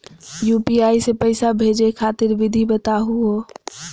UPI स पैसा भेजै खातिर विधि बताहु हो?